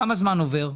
כמה זמן עובר?